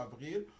avril